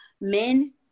men